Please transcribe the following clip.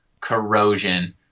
corrosion